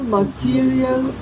material